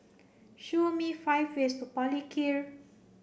show me five ways to Palikir